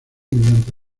mediante